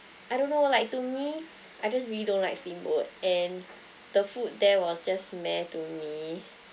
I don't know like to me I just really don't like steamboat and the food there was just meh to me